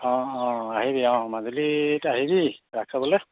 অঁ অঁ আহিবি অঁ মাজুলীত আহিবি ৰাস চাবলৈ